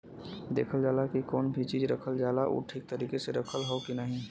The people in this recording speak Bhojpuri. देखल जाला की जौन भी चीज रखल जाला उ ठीक तरीके से रखल हौ की नाही